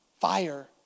fire